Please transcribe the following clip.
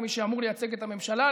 כמי שאמור לייצג את הממשלה,